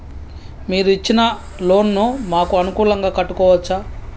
మీరు ఇచ్చిన లోన్ ను మాకు అనుకూలంగా కట్టుకోవచ్చా?